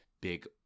big